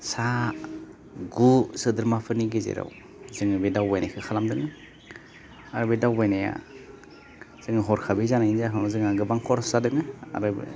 सा गु सोद्रोमाफोरनि गेजेराव जोङो बे दावबायनायखौ खालामदों आरो बे दावबायनाया जोङो हरखाबै जानायनि जाहोनाव जोंहा गोबां खरस जादोङो आरो